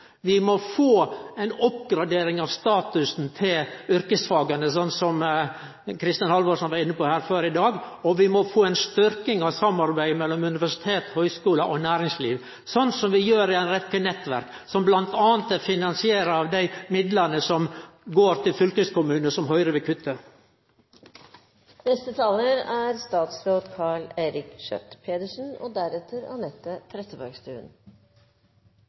Vi må få ei oppgradering av statusen til yrkesfaga, sånn som Kristin Halvorsen har vore inne på her før i dag, og vi må få ei styrking av samarbeidet mellom universitet, høgskular og næringsliv, sånn som vi gjer i ei rekkje nettverk, som bl.a. er finansierte av dei midlane som går til fylkeskommunane, og